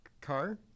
Car